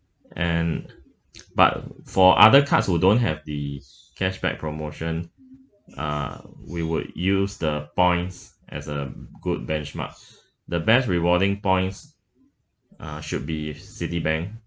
and but for other cards who don't have the cashback promotion uh we would use the points as a good benchmark the best rewarding points uh should be citibank